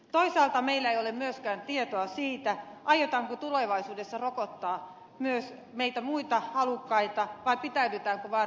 toisaalta meillä ei ole myöskään tietoa siitä aiotaanko tulevaisuudessa rokottaa myös meitä muita halukkaita vai pitäydytäänkö vain riskiryhmissä